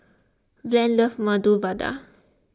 Blaine loves Medu Vada